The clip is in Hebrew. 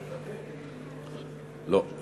לא,